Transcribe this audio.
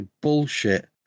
bullshit